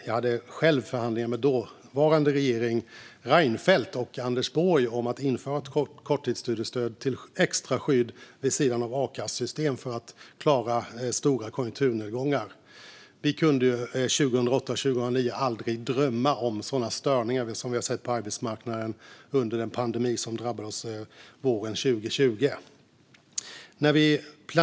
Jag hade själv förhandlingar med dåvarande regering, med Fredrik Reinfeldt och Anders Borg, om att införa ett korttidsstudiestöd som extra skydd vid sidan av a-kassesystemet för att klara stora konjunkturnedgångar. Vi kunde 2008-2009 aldrig drömma om sådana störningar som vi har sett på arbetsmarknaden under den pandemi som drabbade oss våren 2020.